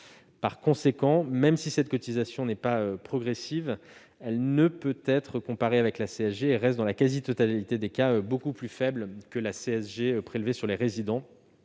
Par conséquent, même si cette cotisation n'est pas progressive, elle ne peut pas être comparée avec la CSG, et elle reste dans la quasi-totalité des cas beaucoup plus faible que la CSG prélevée sur les résidents.